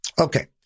Okay